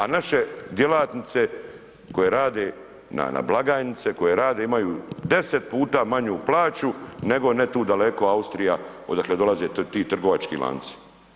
A naše djelatnice koje rade, na blagajnice, koje rade imaju 10x manju plaću nego ne tu daleko Austrija odakle dolaze ti trgovački lanci.